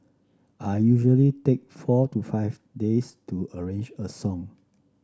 I usually take four to five days to arrange a song